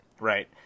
right